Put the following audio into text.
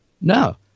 No